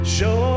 Show